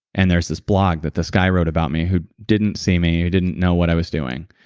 and there's this blog that this guy wrote about me who didn't see me, who didn't know what i was doing,